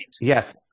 Yes